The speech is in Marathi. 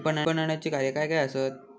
विपणनाची कार्या काय काय आसत?